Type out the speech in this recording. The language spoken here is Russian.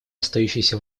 остающейся